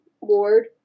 Ward